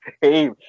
Hey